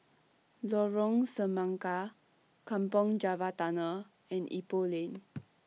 Lorong Semangka Kampong Java Tunnel and Ipoh Lane